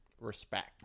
Respect